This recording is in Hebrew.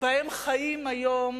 שבהם חיים היום